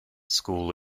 school